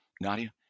Nadia